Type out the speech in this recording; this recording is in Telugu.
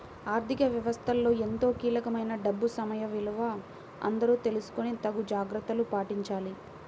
ఆర్ధిక వ్యవస్థలో ఎంతో కీలకమైన డబ్బు సమయ విలువ అందరూ తెలుసుకొని తగు జాగర్తలు పాటించాలి